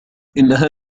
إنها